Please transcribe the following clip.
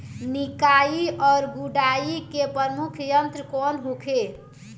निकाई और गुड़ाई के प्रमुख यंत्र कौन होखे?